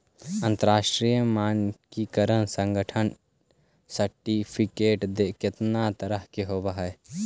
अंतरराष्ट्रीय मानकीकरण संगठन सर्टिफिकेट केतना तरह के होब हई?